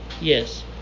Yes